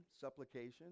supplication